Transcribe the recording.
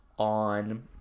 on